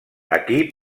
aquí